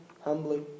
humbly